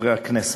חברי הכנסת,